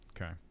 Okay